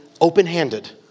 open-handed